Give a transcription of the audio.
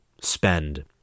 spend